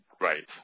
right